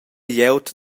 glieud